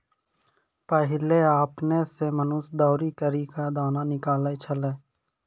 पहिने आपने सें मनुष्य दौरी करि क दाना निकालै छलै